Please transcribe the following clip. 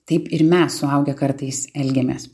taip ir mes suaugę kartais elgiamės